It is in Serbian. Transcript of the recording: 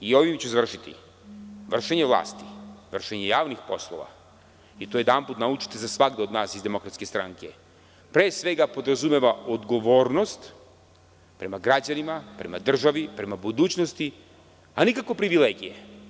Ovim ću završiti, vršenje vlasti, vršenje javnih poslova i tojedanput naučite za svagda od nas iz DS, pre svega podrazumeva odgovornost prema građanima, prema državi, prema budućnosti, a nikako privilegije.